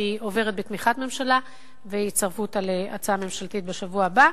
שהיא עוברת בתמיכת ממשלה ויצרפו אותה להצעה הממשלתית בשבוע הבא.